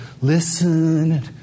listen